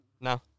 No